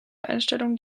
einstellungen